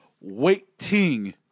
waiting